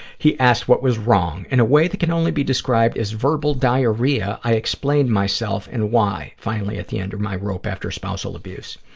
he asked what was wrong. in a way that can only be described as verbal diarrhea, i explained myself and why, finally at the end of my rope after spousal abuse.